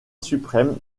suprême